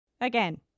Again